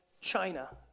China